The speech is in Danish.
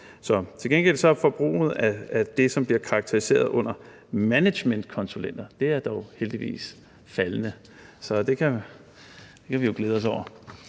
Til gengæld er forbruget af det, som bliver karakteriseret som management konsulenter, dog heldigvis faldende. Så det kan vi jo glæde os over.